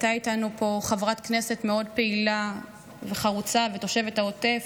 הייתה איתנו פה חברת כנסת מאוד פעילה וחרוצה ותושבת העוטף,